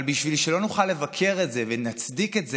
אבל בשביל שלא נוכל לבקר את זה ונצדיק את זה,